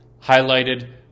Highlighted